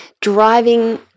driving